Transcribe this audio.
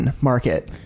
market